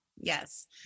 Yes